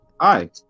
Hi